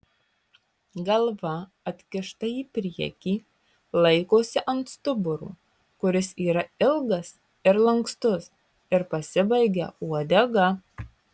galva atkišta į priekį laikosi ant stuburo kuris yra ilgas ir lankstus ir pasibaigia uodega